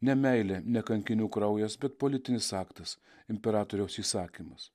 ne meilė ne kankinių kraujas bet politinis aktas imperatoriaus įsakymas